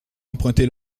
emprunter